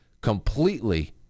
completely